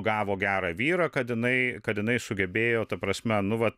gavo gerą vyrą kad jinai kad jinai sugebėjo ta prasme nu vat